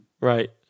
Right